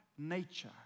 Nature